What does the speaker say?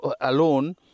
alone